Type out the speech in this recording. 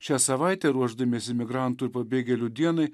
šią savaitę ruošdamiesi migrantų ir pabėgėlių dienai